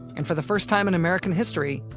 and for the first time in american history,